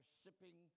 sipping